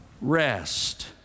rest